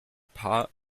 paar